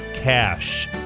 Cash